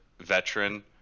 veteran